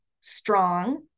strong